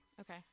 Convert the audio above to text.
okay